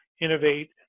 innovate